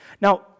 Now